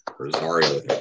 Rosario